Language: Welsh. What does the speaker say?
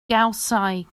gawsai